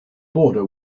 border